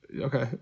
Okay